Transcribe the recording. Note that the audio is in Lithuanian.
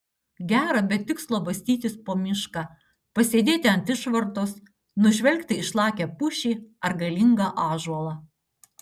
gera be tikslo bastytis po mišką pasėdėti ant išvartos nužvelgti išlakią pušį ar galingą ąžuolą